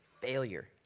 Failure